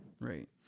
Right